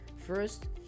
First